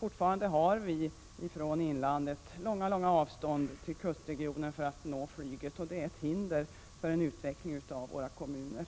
De som bor i inlandet har fortfarande långa avstånd till kustregionen för att nå flyget, och detta innebär ett hinder för en utveckling av kommunerna.